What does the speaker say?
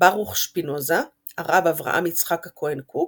ברוך שפינוזה, הרב אברהם יצחק הכהן קוק,